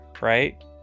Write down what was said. Right